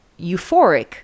euphoric